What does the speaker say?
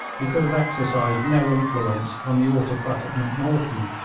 he could have exercised no influence on the autocratic macnaghten,